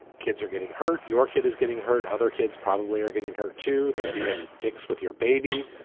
kids are getting hurt. your kid is getting hurt. other kids probably are getting hurt, too. they're being dicks with your baby.